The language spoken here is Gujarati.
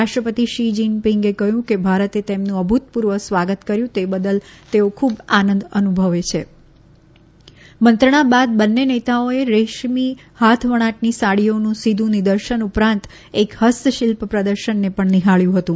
રાષ્ટ્રપતિ શી જિનપિંગે કહ્યું કે તે બદલ તેઓ ખૂબ આનંદ અનુભવે છે મંત્રણા બાદ બંને નેતાઓએ રેશમી હાથવણાટની સાડીઓનું સીધું નિદર્શન ઉપરાંત એક હસ્તશિલ્પ પ્રદર્શનને પણ નિહાળ્યું હતું